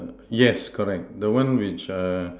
err yes correct the one which err